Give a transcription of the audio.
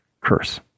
curse